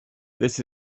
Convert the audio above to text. this